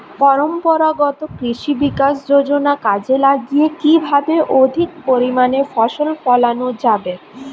পরম্পরাগত কৃষি বিকাশ যোজনা কাজে লাগিয়ে কিভাবে অধিক পরিমাণে ফসল ফলানো যাবে?